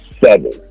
seven